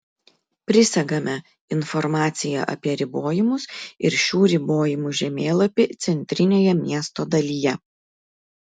prisegame informaciją apie ribojimus ir šių ribojimų žemėlapį centrinėje miesto dalyje